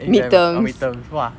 exam ah oh midterms !wah!